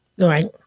Right